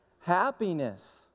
happiness